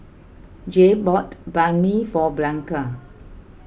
Jayde bought Banh Mi for Blanca